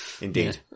Indeed